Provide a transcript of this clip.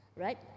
right